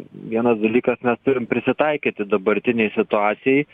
vienas dalykas mes turim prisitaikyti dabartinei situacijai